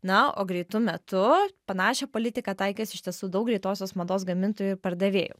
na o greitu metu panašią politiką taikys iš tiesų daug greitosios mados gamintojų ir pardavėjų